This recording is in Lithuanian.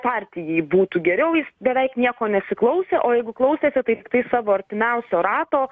partijai būtų geriau jis beveik nieko nesiklausė o jeigu klausėsi tai tiktai savo artimiausio rato